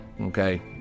okay